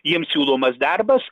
jiems siūlomas darbas